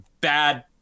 bad